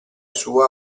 sua